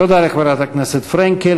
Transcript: תודה לחברת הכנסת פרנקל.